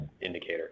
indicator